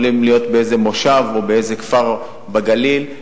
יכול להיות באיזה מושב או בכפר בגליל,